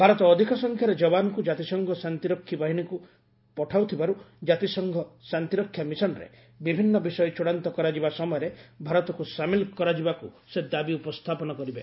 ଭାରତ ଅଧିକ ସଂଖ୍ୟାରେ ଯବାନଙ୍କୁ କାତିସଂଘ ଶାନ୍ତିରକ୍ଷୀ ବାହିନୀକୁ ପଠାଉଥିବାରୁ କାତିସଂଘ ଶାନ୍ତିରକ୍ଷା ମିଶନରେ ବିଭିନ୍ନ ବିଷୟ ଚୂଡ଼ାନ୍ତ କରାଯିବା ସମୟରେ ଭାରତକୁ ସାମିଲ କରାଯିବାକୁ ସେ ଦାବି ଉପସ୍ଥାପନ କରିବେ